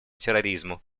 терроризму